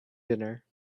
dinner